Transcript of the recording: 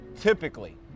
typically